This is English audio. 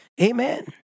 Amen